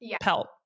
pelt